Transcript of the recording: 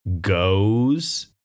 goes